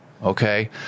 Okay